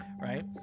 right